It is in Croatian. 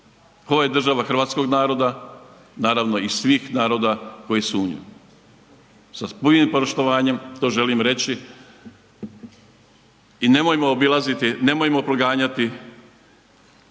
Ovo je država hrvatskog naroda naravno i svih naroda koji su u njoj. Sa punim poštovanjem to želim reći i nemojmo obilaziti, nemojmo proganjati